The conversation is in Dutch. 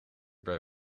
per